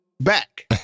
back